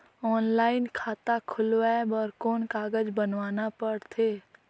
Online खाता खुलवाय बर कौन कागज बनवाना पड़थे?